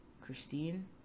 Christine